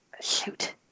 Shoot